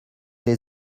les